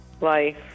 life